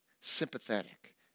sympathetic